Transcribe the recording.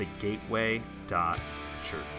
thegateway.church